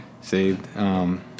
saved